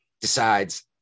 decides